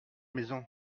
maison